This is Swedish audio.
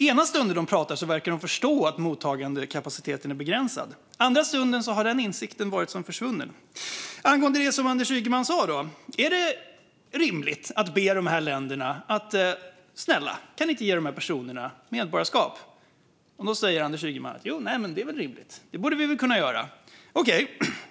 Ena stunden de pratar verkar de förstå att mottagandekapaciteten är begränsad. Andra stunden har den insikten varit som försvunnen. Angående det som Anders Ygeman sa är frågan följande. Är det rimligt att be de här länderna: Snälla kan ni inte ge de här personerna medborgarskap? Då säger Anders Ygeman: Det är väl rimligt. Det borde vi väl kunna göra.